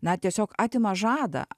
na tiesiog atima žadą